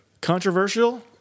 Controversial